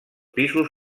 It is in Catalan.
pisos